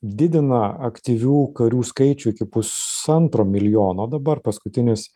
didina aktyvių karių skaičių iki pusantro milijono dabar paskutinis